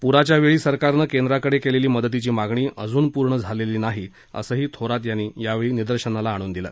प्राच्या वेळी सरकारनं केंद्राकडे केलेली मदतीची मागणी अजून पूर्ण झालेली नाही असंही थोरात यांनी यावेळी निदर्शनाला आणून दिलं